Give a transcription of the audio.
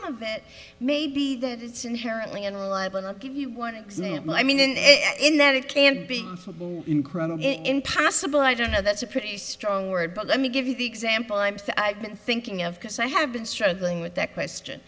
of it may be that it's inherently unreliable i'll give you one example i mean in that it can be impossible i don't know that's a pretty strong word but let me give you the example i'm thinking of because i have been struggling with that question